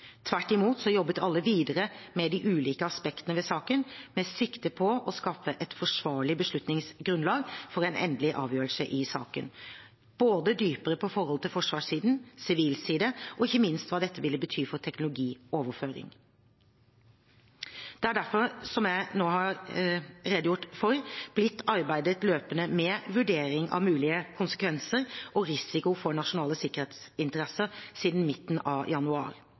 Tvert imot jobbet alle videre med de ulike aspektene ved saken med sikte på å skaffe et forsvarlig beslutningsgrunnlag for en endelig avgjørelse i saken – både dypere på forholdet til forsvarssiden, sivil side og ikke minst med tanke på hva dette ville bety for teknologioverføring. Det har derfor, som jeg nå har redegjort for, blitt arbeidet løpende med vurdering av mulige konsekvenser og risiko for nasjonale sikkerhetsinteresser siden midten av januar.